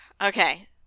Okay